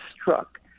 struck